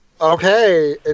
Okay